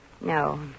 No